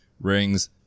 rings